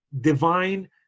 divine